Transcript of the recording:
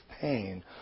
pain